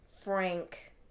Frank